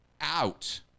out